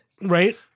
Right